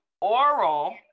oral